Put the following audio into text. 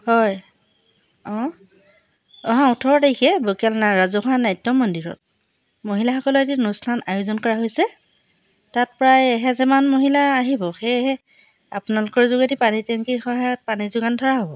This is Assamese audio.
হয় অঁ অহা ওঠৰ তাৰিখে বকিয়াল না ৰাজহুৱা নাট্য মন্দিৰত মহিলাসকলৰ এটি অনুষ্ঠান আয়োজন কৰা হৈছে তাত প্ৰায় এহেজাৰমান মহিলা আহিব সেয়েহে আপোনালোকৰ যোগেদি পানী টেংকীৰ সহায়ত পানী যোগান ধৰা হ'ব